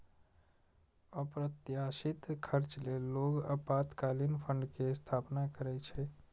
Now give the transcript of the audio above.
अप्रत्याशित खर्च लेल लोग आपातकालीन फंड के स्थापना करै छै